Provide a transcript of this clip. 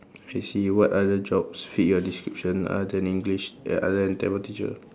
let's see what other jobs fit your description other than English eh other than Tamil teacher